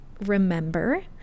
remember